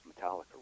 Metallica